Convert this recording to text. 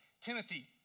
Timothy